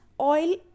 oil